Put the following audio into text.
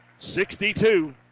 62